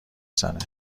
زنه